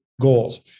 goals